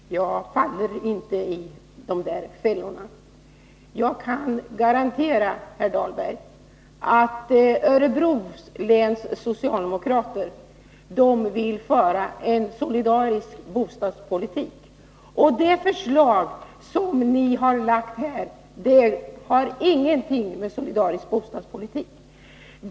Herr talman! Jag faller inte i några fällor, herr Dahlberg. Jag kan garantera att Örebro läns socialdemokrater vill föra en solidarisk bostadspolitik. Det förslag som ni har lagt fram här har ingenting att göra med en solidarisk bostadspolitik.